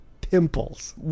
pimples